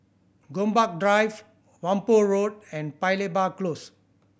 Gombak Drive Whampoa Road and Paya Lebar Close